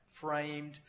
framed